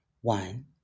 one